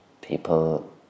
people